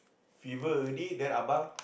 fever already then abang